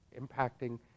impacting